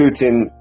Putin